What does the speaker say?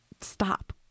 stop